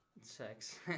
sex